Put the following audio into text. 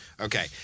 Okay